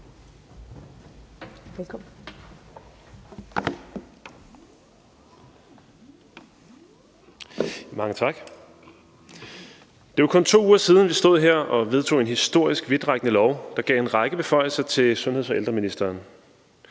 er jo, kun 2 uger siden vi stod her og vedtog en historisk vidtrækkende lov, der gav en række beføjelser til sundheds- og ældreministeren.